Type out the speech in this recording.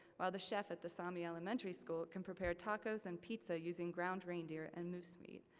while the chef at the sami elementary school can prepare tacos and pizza using ground reindeer and moose meat.